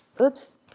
Oops